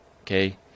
Okay